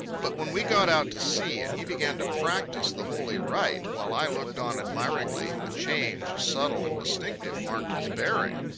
but when we got out to sea and he began to practise the holy rite, while i looked on admiringly, a change, subtle and distinctive, marked his bearing.